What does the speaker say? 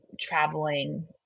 traveling